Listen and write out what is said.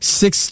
six